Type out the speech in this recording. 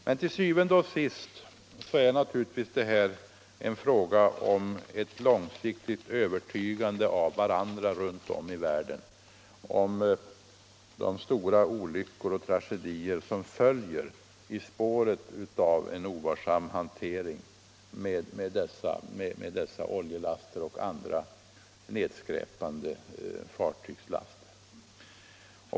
Men til syvende og sidst är det naturligtvis för oss fråga om ett långsiktigt övertygande av varandra runt om i världen när det gäller de stora olyckor och tragedier som följer i spåren av en ovarsam hantering av oljelaster och andra nedskräpande fartygslaster.